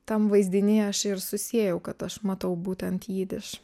tam vaizdiny aš ir susiejau kad aš matau būtent jidiš